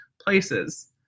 places